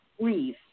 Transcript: breathe